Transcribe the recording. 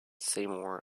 seymour